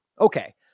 Okay